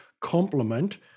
complement